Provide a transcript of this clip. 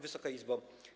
Wysoka Izbo!